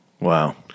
Wow